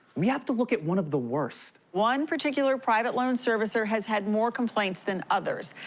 we have to look at one of the worst. one particular private loan servicer has had more complaints than others.